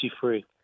free